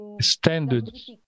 standards